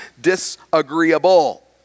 disagreeable